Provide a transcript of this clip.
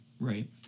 Right